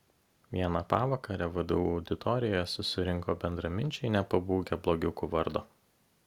vieną pavakarę vdu auditorijoje susirinko bendraminčiai nepabūgę blogiukų vardo